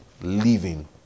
living